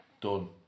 Done